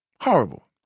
Horrible